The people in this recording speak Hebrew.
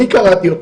אני קראתי אותה.